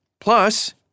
Plus